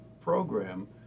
program